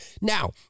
Now